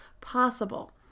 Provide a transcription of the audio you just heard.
possible